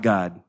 God